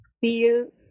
feel